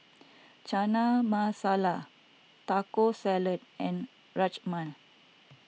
Chana Masala Taco Salad and Rajman